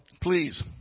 please